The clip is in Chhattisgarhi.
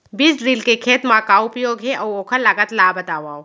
बीज ड्रिल के खेत मा का उपयोग हे, अऊ ओखर लागत ला बतावव?